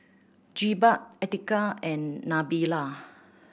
Jebat Atiqah and Nabila